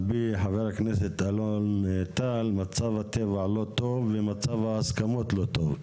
על פי חבר הכנסת אלון טל מצב הטבע לא טוב ומצב ההסכמות לא טוב,